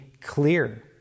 clear